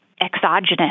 exogenous